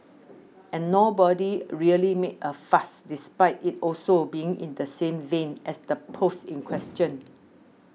and nobody really made a fuss despite it also being in the same vein as the post in question